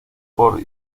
por